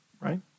right